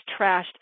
trashed